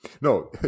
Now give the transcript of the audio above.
no